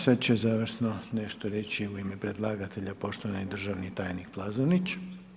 Sad će završno nešto reći u ime predlagatelja poštovani državni tajnik Plazonić.